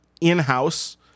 in-house